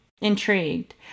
intrigued